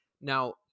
Now